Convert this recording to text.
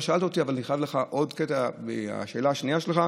לא שאלת אותי אבל אני חייב לך עוד קטע מהשאלה השנייה שלך,